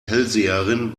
hellseherin